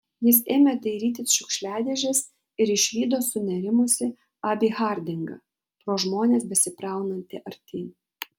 jis ėmė dairytis šiukšliadėžės ir išvydo sunerimusį abį hardingą pro žmones besibraunantį artyn